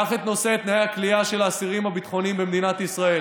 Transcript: קח את נושא תנאי הכליאה של האסירים הביטחוניים במדינת ישראל.